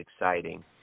exciting